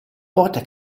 porta